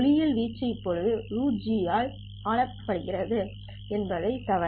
ஒளியியல் வீச்சு இப்போது √G ஆல் ஆளவிடப்பட்டுள்ளது என்பதைத் தவிர